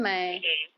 mmhmm